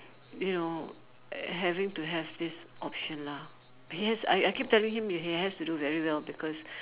you know having to have this option lah he has I I keep telling him he has to do very well because